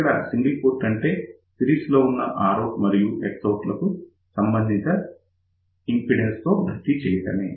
ఇక్కడ single port అంటే series లో ఉన్న Rout మరియు Xout లను సంబంధిత ఇంపిడెన్స్ తో భర్తీ చేయడమే